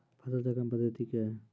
फसल चक्रण पद्धति क्या हैं?